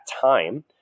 time